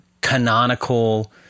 canonical